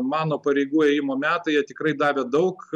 mano pareigų ėjimo metai jie tikrai davė daug